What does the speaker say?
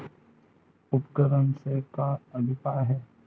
उपकरण से का अभिप्राय हे?